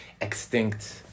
extinct